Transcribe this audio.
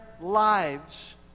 lives